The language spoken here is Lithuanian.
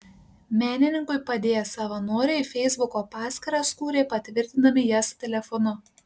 menininkui padėję savanoriai feisbuko paskyras kūrė patvirtindami jas telefonu